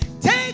take